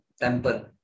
temple